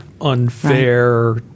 unfair